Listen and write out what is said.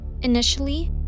Initially